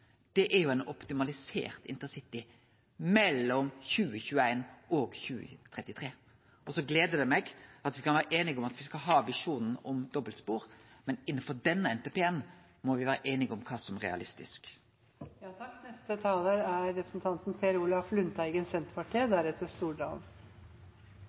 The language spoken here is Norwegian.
er ein optimalisert intercity mellom 2021 og 2033. – Så gler det meg at me kan vere einige om at me skal ha visjonen om dobbeltspor, men innanfor denne NTP-en må me vere einige om kva som er realistisk. Poenget med samferdselsinvesteringene er